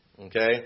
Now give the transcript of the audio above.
Okay